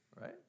right